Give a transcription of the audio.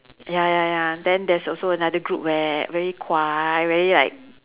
ya ya ya then there's also another group where very guai very like